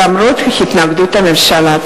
למרות התנגדות הממשלה.